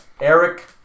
Eric